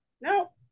No